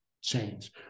change